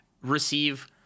receive